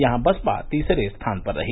यहां बसपा तीसरे स्थान पर रही